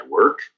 work